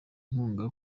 inkunga